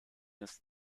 ist